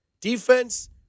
Defense